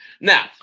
Now